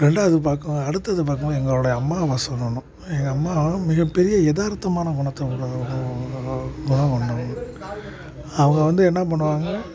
ரெண்டாவது பார்க் அடுத்தது பார்க்கும் பொழுது எங்களுடைய அம்மாவை சொல்லணும் எங்கள் அம்மா மிகப்பெரிய எதார்த்தமான குணத்தவங்கள் அவங்க வந்து என்ன பண்ணுவாங்க